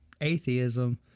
atheism